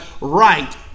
right